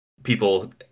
People